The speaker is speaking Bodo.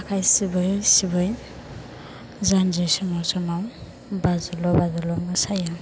आखाइ सिबै सिबै जानजि सोमाव सोमाव बाज्ल' बाज्ल' मोसायो